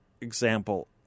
example